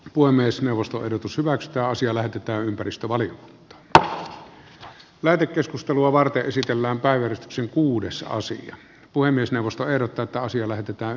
puhemiesneuvoston pysyvä ekstaasia lähetetä ympäristövalion lähetekeskustelua varten esitellään päivän syy kuudessa osin puhemiesneuvosto ehdottaa taasia lähetetään